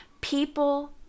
People